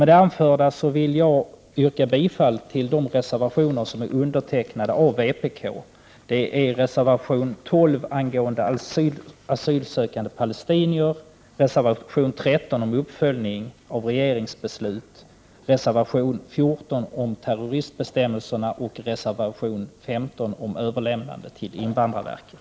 Med det anförda yrkar jag bifall till de reservationer som har undertecknats av vpk, nämligen reservation 12 angående asylsökande palestinier, reservation 13 om uppföljning av regeringsbeslut, reservation 14 om terroristbestämmelser och reservation 15 om överlämnande till invandrarverket.